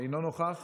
אינו נוכח